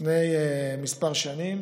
לפני כמה שנים